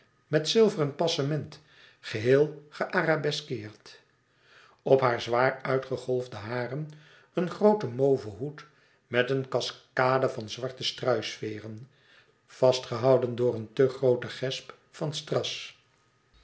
met zilveren passement geheel gearabeskeerd op haar zwaar uitgegolfde haren een grooten mauve hoed met een cascade van zwarte struisveêren vastgehouden door een te groote gesp van strass